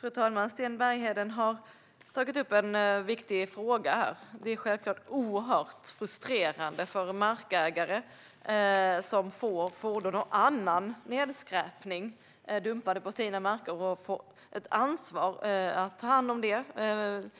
Fru talman! Sten Bergheden har tagit upp en viktig fråga. Det är självklart oerhört frustrerande för markägare som får fordon och annan nedskräpning dumpade på sina marker och får ett ansvar att ta hand om det. Det blir en